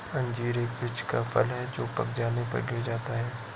अंजीर एक वृक्ष का फल है जो पक जाने पर गिर जाता है